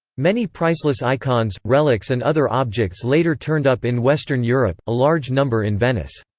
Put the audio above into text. many priceless icons, relics and other objects later turned up in western europe, a large number in venice.